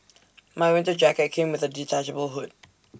my winter jacket came with A detachable hood